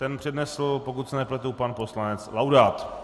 Ten přednesl, pokud se nepletu, pan poslanec Laudát.